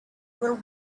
will